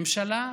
הממשלה,